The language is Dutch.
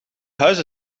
huis